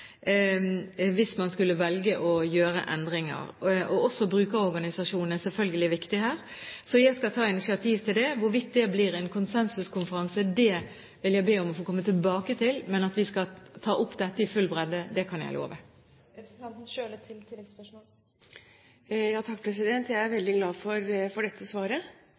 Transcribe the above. hvis man skulle velge å gjøre endringer. Også brukerorganisasjonene er selvfølgelig viktige her. Så jeg skal ta initiativ til det. Hvorvidt det blir en konsensuskonferanse, vil jeg be om å få komme tilbake til, men at vi skal ta opp dette i full bredde, kan jeg love. Jeg er veldig glad for dette svaret. Det er veldig betryggende. For